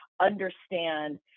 understand